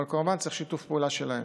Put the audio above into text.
אבל כמובן, צריך שיתוף פעולה שלהם.